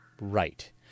Right